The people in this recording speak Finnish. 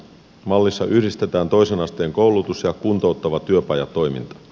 mallissa yhdistetään toisen asteen koulutus ja kuntouttava työpajatoiminta